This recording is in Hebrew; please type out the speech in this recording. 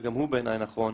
וגם הוא בעיני נכון,